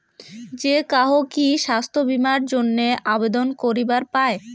যে কাহো কি স্বাস্থ্য বীমা এর জইন্যে আবেদন করিবার পায়?